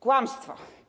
Kłamstwo.